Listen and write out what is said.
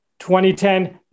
2010